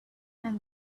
and